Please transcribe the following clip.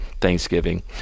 Thanksgiving